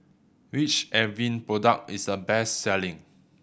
which Avene product is the best selling